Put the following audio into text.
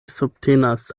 subtenas